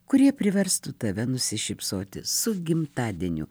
kurie priverstų tave nusišypsoti su gimtadieniu